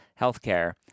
healthcare